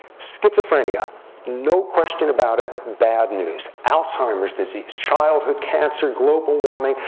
schizophrenia no question about it, bad news. alzheimer's disease, childhood cancer, global warming,